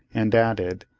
and added,